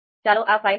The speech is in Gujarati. ચાલો આ ફાઇલ 'ahp